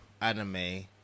anime